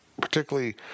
particularly